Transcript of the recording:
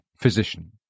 Physician